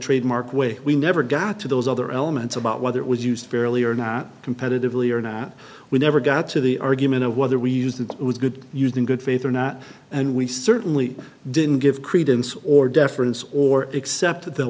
trademark way we never got to those other elements about whether it was used fairly or not competitively or not we never got to the argument of whether we used was good used in good faith or not and we certainly didn't give credence or deference or except the